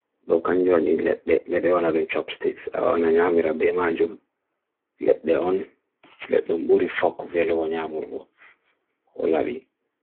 lo kanjwany let de vedeyon adun chopsticks aon anyamir abhema ajum let de on, let dun budi foku vedeyo anyamur go hola bi